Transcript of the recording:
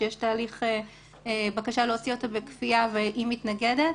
שיש תהליך בקשה להוציא אותה בכפייה והיא מתנגדת.